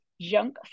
junk